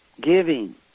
giving